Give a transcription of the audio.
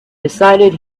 decided